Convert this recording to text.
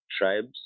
tribes